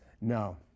no